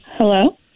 Hello